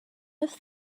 have